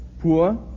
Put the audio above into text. poor